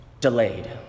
delayed